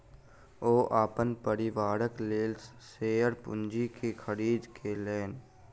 ओ अपन परिवारक लेल शेयर पूंजी के खरीद केलैन